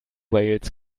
wales